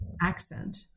accent